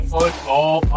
Football